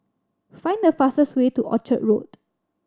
find the fastest way to Orchard Road